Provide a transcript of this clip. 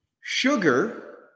sugar